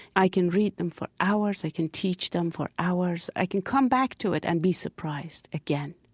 i can read them for hours, i can teach them for hours. i can come back to it and be surprised again.